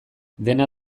dena